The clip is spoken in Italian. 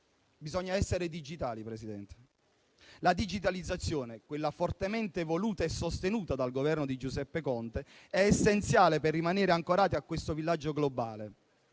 bisogna essere digitali. La digitalizzazione, quella fortemente voluta e sostenuta dal Governo di Giuseppe Conte, è essenziale per rimanere ancorati a questo villaggio globale,